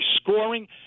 scoring